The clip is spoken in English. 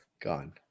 Gone